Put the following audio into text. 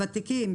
ותיקים,